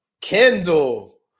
Kendall